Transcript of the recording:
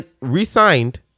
re-signed